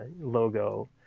logo